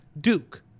Duke